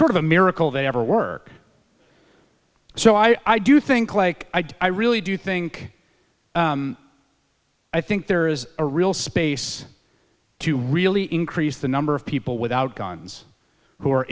sort of a miracle they ever work so i do think like i do i really do think i think there is a real space to really increase the number of people without guns who